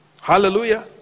hallelujah